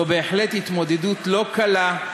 זו בהחלט התמודדות לא קלה,